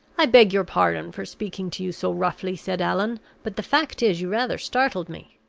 i beg your pardon for speaking to you so roughly, said allan but the fact is, you rather startled me.